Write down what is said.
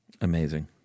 Amazing